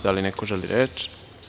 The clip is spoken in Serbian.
Da li neko želi reč?